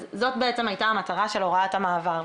זאת בעצם הייתה המטרה של הוראת המעבר.